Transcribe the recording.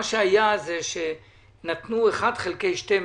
אז נתנו 1 חלקי 12,